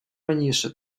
раніше